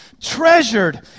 treasured